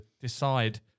decide